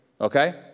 Okay